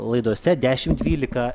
laidose dešimt dvylika